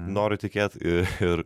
noriu tikėti ir